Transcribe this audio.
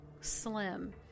slim